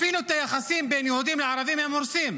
אפילו את היחסים בין יהודים לערבים הם הורסים.